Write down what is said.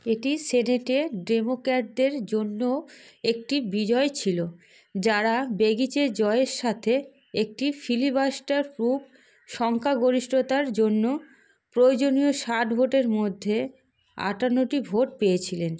এটি সেনেটে ডেমোক্র্যাটদের জন্যও একটি বিজয় ছিল যারা বেগিচের জয়ের সাথে একটি ফিলিবাস্টার প্রুফ সংখ্যাগরিষ্ঠতার জন্য প্রয়োজনীয় ষাট ভোটের মধ্যে আটান্নটি ভোট পেয়েছিলেন